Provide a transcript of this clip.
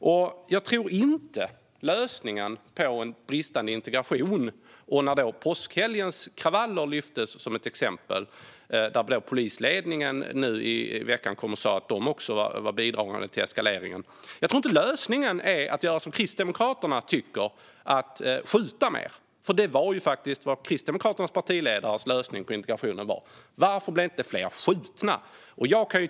När det gäller den bristande integrationen lyftes påskhelgens kravaller fram som exempel. Polisledningen sa i veckan att de också var bidragande till eskaleringen. Jag tror inte att lösningen är att göra som Kristdemokraterna tycker, det vill säga att skjuta mer. Kristdemokraternas partiledares förslag på lösning var faktiskt: Varför blev inte fler skjutna?